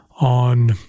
on